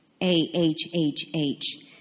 A-H-H-H